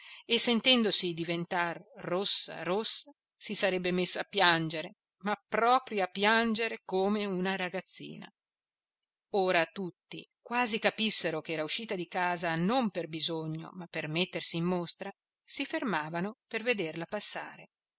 e sentendosi diventar rossa rossa si sarebbe messa a piangere ma proprio a piangere come una ragazzina ora tutti quasi capissero ch'era uscita di casa non per bisogno ma per mettersi in mostra si fermavano per vederla passare